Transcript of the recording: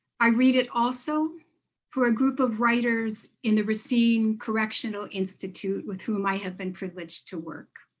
i read it also for a group of writers in the racine correctional institute with whom i have been privileged to work.